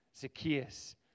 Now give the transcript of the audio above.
Zacchaeus